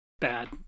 bad